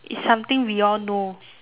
is something we all know